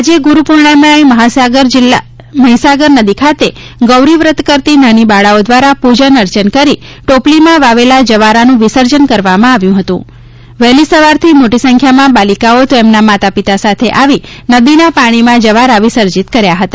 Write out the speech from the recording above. આજે ગુરુપૂર્ણિમાએ મહીસાગર જિલ્લા મહીસાગર નદી ખાતે ગૌરી વ્રત કરતી નાની બાળાઓ દ્વારા પૂજન અર્ચન કરી ટોપલીમાં વાવેલા જ્વારાનું વિસર્જન કરવામાં આવ્યું હતું વહેલી સવાર થી મોટી સંખ્યામાં બાલિકાઓ તેમના માતા પિતા સાથે આવી નદી ના પાણીમાં જવારા વિસર્જિત કર્યા હતા